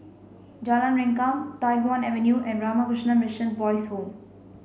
Jalan Rengkam Tai Hwan Avenue and Ramakrishna Mission Boys' Home